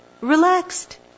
relaxed